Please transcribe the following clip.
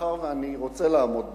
מאחר שאני רוצה לעמוד בזמנים,